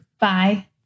Bye